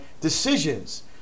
decisions